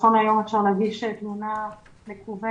נכון להיום אפשר להגיש תלונה מקוונת,